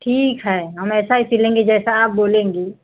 ठीक है हम ऐसा ही सिलेंगे जैसा आप बोलेंगी